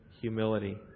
humility